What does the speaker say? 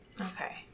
Okay